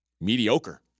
mediocre